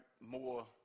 more